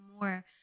more